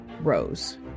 Rose